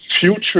future